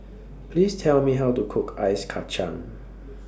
Please Tell Me How to Cook Ice Kacang